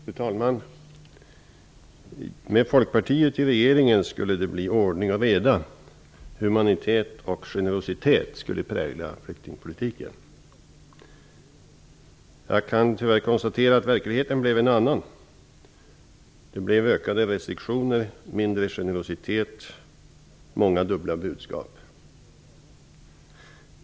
Fru talman! Med Folkpartiet i regeringen skulle det bli ordning och reda. Humanitet och generositet skulle prägla flyktingpolitiken. Jag kan tyvärr konstatera att verkligheten blev en annan. Det blev ökade restriktioner, mindre generositet och många dubbla budskap.